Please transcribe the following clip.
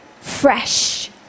fresh